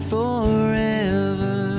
forever